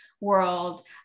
world